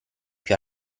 più